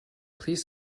please